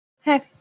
Hey